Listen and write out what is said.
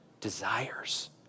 desires